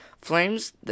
Flames